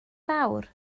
fawr